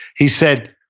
he said,